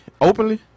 Openly